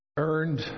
earned